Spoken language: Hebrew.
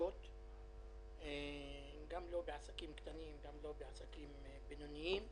אם זה ביטול הצורך ברישום בלשכת